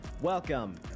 Welcome